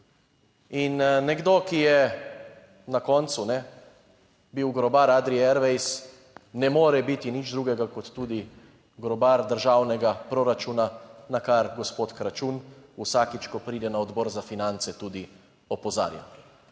In nekdo, ki je na koncu bil grobar Adrie Airways, ne more biti nič drugega kot tudi grobar državnega proračuna, na kar gospod Kračun vsakič, ko pride na Odbor za finance, tudi opozarja,